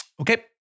Okay